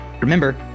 remember